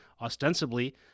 ostensibly